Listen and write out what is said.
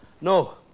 no